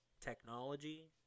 Technology